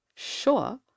Sure